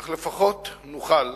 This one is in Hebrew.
אך לפחות נוכל,